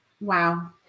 wow